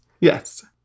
yes